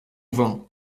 vin